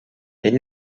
ell